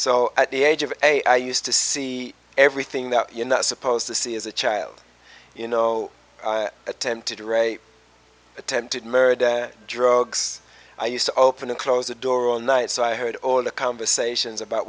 so at the age of a i used to see everything that you're not supposed to see as a child you know attempted rape attempted murder drugs i used to open and close the door all night so i heard all the conversations about